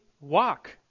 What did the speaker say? walk